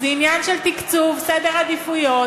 זה עניין של תקצוב, סדר עדיפויות.